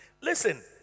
Listen